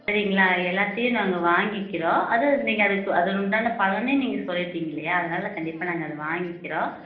சரிங்களா எல்லாத்தையும் நாங்கள் வாங்கிக்கிறோம் அது நீங்கள் அதுக்கு அதன் உண்டான பலனை நீங்கள் சொல்லிவிட்டிங்க இல்லையா அதனால கண்டிப்பாக நாங்கள் அதை வாங்கிக்கிறோம்